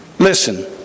Listen